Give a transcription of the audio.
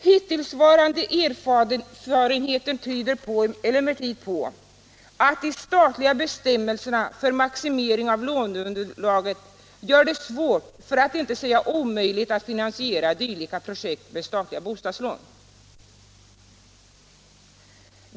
Hittillsvarande erfarenheter tyder emellertid på att de statliga bestämmelserna för maximering av låneunderlaget gör det svårt, för att inte säga omöjligt, att finansiera dylika projekt med statliga bostadslån.